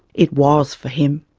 it was for him.